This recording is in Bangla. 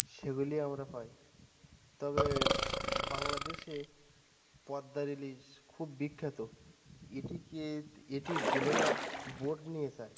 সেগুলি আমরা পাই তবে বাংলাদেশে পদ্মার ইলিশ খুব বিখ্যাত এটিকে এটি জেলেরা বোট নিয়ে যায়